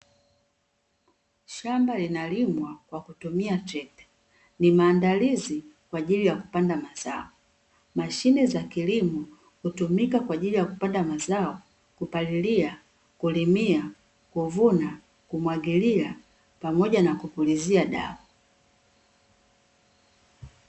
Shamba linalimwa kwa kutumia trekta ni maandalizi kwa ajili ya kupanda mazao, mashine za kilimo hutumika kwa ajili ya kupanda mazao, kupalilia, kulimia, kuvuna na kumwagilia pamoja na kupulizia dawa.